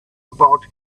about